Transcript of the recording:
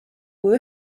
kui